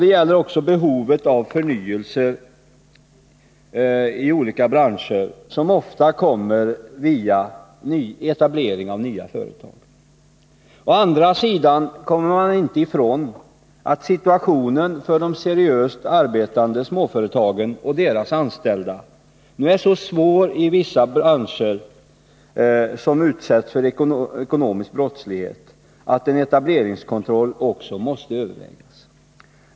Det gäller också behovet av förnyelse i olika branscher som ofta kommer via etablering av nya företag. Å andra sidan kommer man inte ifrån att situationen för de seriöst arbetande småföretagen och deras anställda nu är så svår i vissa branscher som utsätts för ekonomisk brottslighet att en etableringskontroll också måste övervägas.